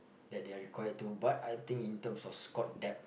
that they're required to but I think in terms of squad depth